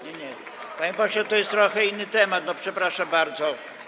Nie, panie pośle, to jest trochę inny temat, przepraszam bardzo.